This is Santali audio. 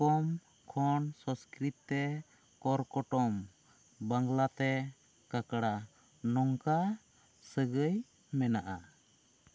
ᱠᱚᱢ ᱠᱷᱚᱱ ᱥᱚᱥᱠᱨᱤᱛ ᱛᱮ ᱠᱚᱨ ᱠᱚᱴᱚᱢ ᱵᱟᱝᱞᱟ ᱛᱮ ᱠᱟᱠᱲᱟ ᱱᱚᱝᱠᱟ ᱥᱟᱹᱜᱟᱹᱭ ᱢᱮᱱᱟᱜᱼᱟ